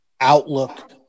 outlook